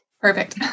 perfect